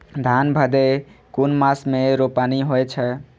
धान भदेय कुन मास में रोपनी होय छै?